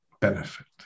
benefit